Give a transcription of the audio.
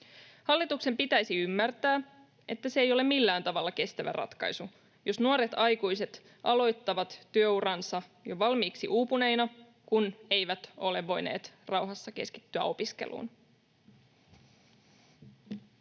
Hallituksen pitäisi ymmärtää, että se ei ole millään tavalla kestävä ratkaisu, jos nuoret aikuiset aloittavat työuransa jo valmiiksi uupuneina, kun eivät ole voineet rauhassa keskittyä opiskeluun.